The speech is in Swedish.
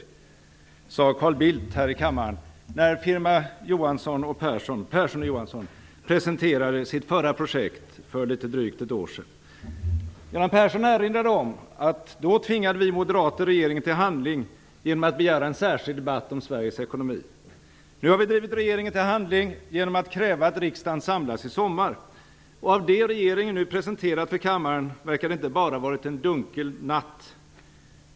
Så sade Carl Bildt här i kammaren när firma Persson & Johansson presenterade sitt förra projekt för litet drygt ett år sedan. Göran Persson erinrade om att vi moderater då tvingade regeringen till handling genom att begära en särskild debatt om Sveriges ekonomi. Nu har vi drivit regeringen till handling genom att kräva att riksdagen samlas i sommar. Att döma av det som regeringen nu presenterat för kammaren verkar det inte bara ha varit en dunkel natt.